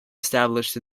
established